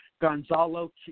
Gonzalo